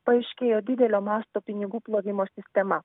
paaiškėjo didelio masto pinigų plovimo sistema